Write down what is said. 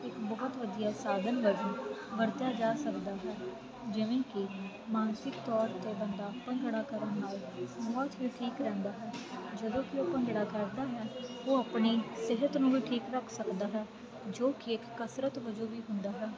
ਇੱਕ ਬਹੁਤ ਵਧੀਆ ਸਾਧਨ ਵਰਤਿਆ ਜਾ ਸਕਦਾ ਹੈ ਜਿਵੇਂ ਕਿ ਮਾਨਸਿਕ ਤੌਰ 'ਤੇ ਬੰਦਾ ਭੰਗੜਾ ਕਰਨ ਨਾਲ ਬਹੁਤ ਹੀ ਠੀਕ ਰਹਿੰਦਾ ਹੈ ਜਦੋਂ ਕਿ ਉਹ ਭੰਗੜਾ ਕਰਦਾ ਹੈ ਉਹ ਆਪਣੀ ਸਿਹਤ ਨੂੰ ਵੀ ਠੀਕ ਰੱਖ ਸਕਦਾ ਹੈ ਜੋ ਕਿ ਇੱਕ ਕਸਰਤ ਵਜੋਂ ਵੀ ਹੁੰਦਾ ਹੈ